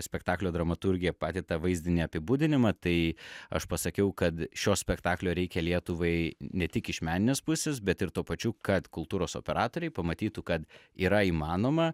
spektaklio dramaturgija pateiktą vaizdinį apibūdinimą tai aš pasakiau kad šio spektaklio reikia lietuvai ne tik iš meninės pusės bet ir tuo pačiu kad kultūros operatoriai pamatytų kad yra įmanoma